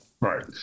Right